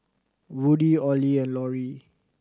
Woody Ollie and Loree